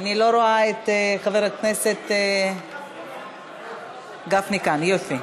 אני לא רואה את חבר הכנסת, גפני כאן, יופי.